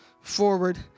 forward